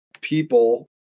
people